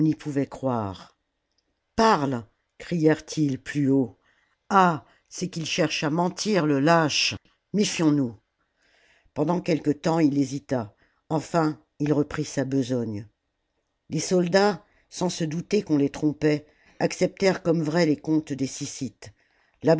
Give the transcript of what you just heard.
pouvait croire parle crièrent-ils plus haut ah c'est qu'il cherche à mentir le lâche méfions nous pendant quelque temps il hésita enfin il reprit sa besogne salammbô les soldats sans se douter qu'on les trompait acceptèrent comme vrais les comptes des syssites